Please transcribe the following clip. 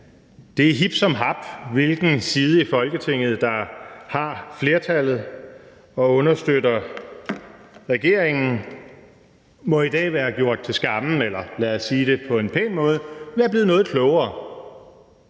det er hip som hap, hvilken side i Folketinget der har flertallet og understøtter regeringen, må i dag være gjort til skamme. Eller lad os sige det på en pæn måde: Enhver, der